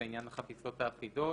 (זה עניין החפיסות האחידות